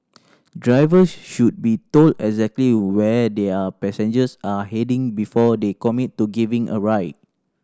drivers should be told exactly where their passengers are heading before they commit to giving a ride